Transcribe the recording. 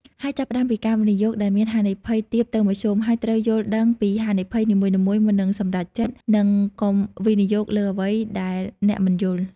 ហើយចាប់ផ្តើមពីការវិនិយោគដែលមានហានិភ័យទាបទៅមធ្យម ហើយត្រូវយល់ដឹងពីហានិភ័យនីមួយៗមុននឹងសម្រេចចិត្ត និងកុំវិនិយោគលើអ្វីដែលអ្នកមិនយល់។